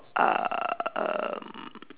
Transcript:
uh erm